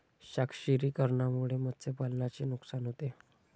क्षारीकरणामुळे मत्स्यपालनाचे नुकसान होते